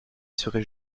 serait